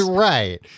right